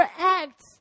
acts